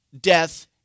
death